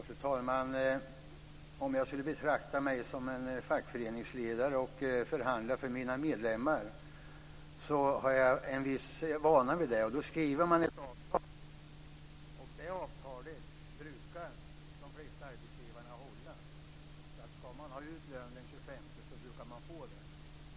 Fru talman! Vad gäller att betrakta mig som en fackföreningsledare och förhandla för mina medlemmar så har jag en viss vana vid det. Då skriver man ett avtal, och det avtalet brukar de flesta arbetsgivare hålla. Ska man ha ut lön den 25 så brukar man få det.